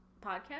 podcast